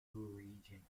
region